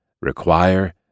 require